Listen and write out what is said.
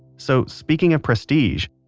so, speaking of prestige,